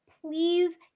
please